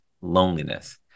loneliness